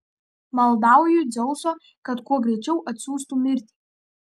maldauju dzeuso kad kuo greičiau atsiųstų mirtį